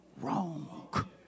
wrong